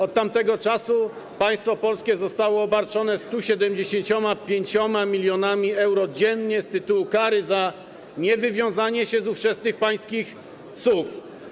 Od tamtego czasu państwo polskie zostało obarczone 175 mln euro dziennie z tytułu kary za niewywiązanie się z ówczesnych pańskich słów.